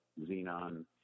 Xenon